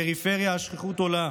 הפריפריה, השכיחות עולה,